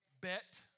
Bet